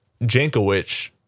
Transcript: Jankowicz